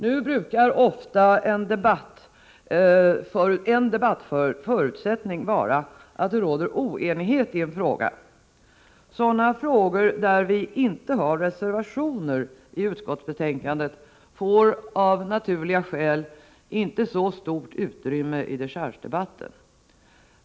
Nu brukar ofta en debattförutsättning vara att det råder oenighet i en fråga. Sådana frågor där vi inte har reservationer i utskottsbetänkandet får av naturliga skäl inte så stort utrymme i dechargedebatten.